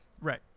Right